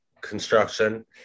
construction